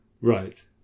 Right